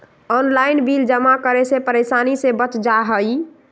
Online bill जमा करे से परेशानी से बच जाहई?